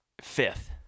Fifth